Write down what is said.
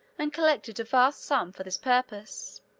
and collected a vast sum for this purpose.